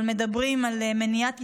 אבל מדברים על מניעת התבוללות,